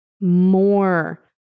more